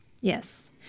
yes